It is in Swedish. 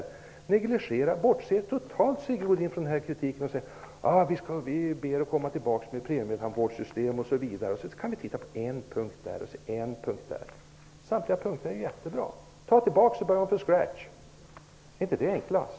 Bortser Sigge Godin totalt från den här kritiken? Han säger att man skall komma tillbaks med ett premietandvårdssystem och att man skall titta på en punkt här och en punkt där. Samtliga punkter är ju jättebra. Ta tillbaks detta och börja om från ''scratch''! Är inte det enklast?